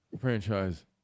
franchise